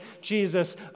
Jesus